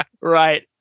Right